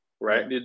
right